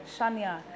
Shania